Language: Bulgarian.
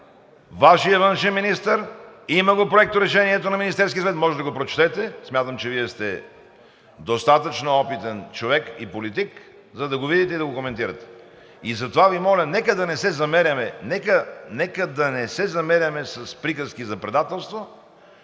Вашият външен министър. Има го Проекторешението на Министерския съвет, можете да го прочетете. Смятам, че Вие сте достатъчно опитен човек и политик, за да го видите и да го коментирате. И затова Ви моля, нека да не се замеряме, нека да не се